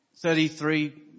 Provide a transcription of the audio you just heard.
33